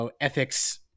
ethics